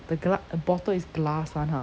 the gla~ the bottle is glass [one] ha